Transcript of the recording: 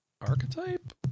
archetype